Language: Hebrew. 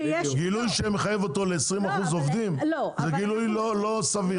גילוי שמחייב אותו ל-20% עובדים זה גילוי לא סביר.